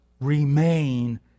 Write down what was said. remain